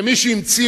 מי שהמציא